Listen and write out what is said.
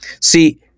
See